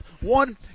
One